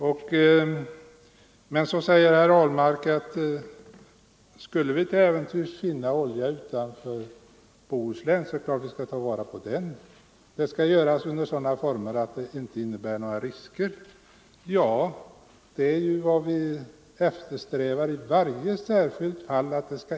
Herr Ahlmark säger att skulle vi till äventyrs finna olja utanför Bohuslän så är det klart att vi skall ta vara på den och att det skall ske under sådana former att det inte innebär några risker. Ja, det är ju vad vi eftersträvar i varje särskilt fall.